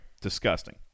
Disgusting